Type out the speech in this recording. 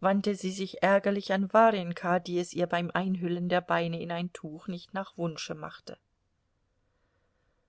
wandte sie sich ärgerlich an warjenka die es ihr beim einhüllen der beine in ein tuch nicht nach wunsch machte